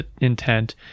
intent